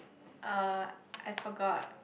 uh I forgot